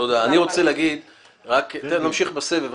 אנחנו נמשיך בסבב,